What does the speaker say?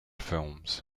films